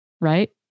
right